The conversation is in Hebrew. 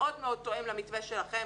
שמאוד מאוד תואם את המתווה שלכם,